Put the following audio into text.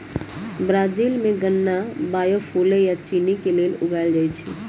Brazil में गन्ना biofuel आ चिन्नी के लेल उगाएल जाई छई